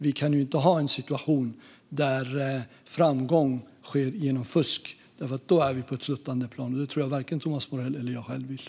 Vi kan ju inte ha en situation där framgång nås genom fusk, för då är vi på ett sluttande plan - och så vill varken Thomas Morell eller jag ha det.